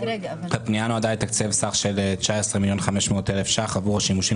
הפנייה נועדה לתקצב סך של 19 מיליון ו-500 אלף שקלים עבור שימושים